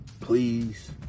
please